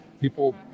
people